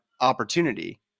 opportunity